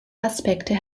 aspekte